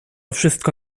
wszystko